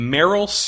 Meryl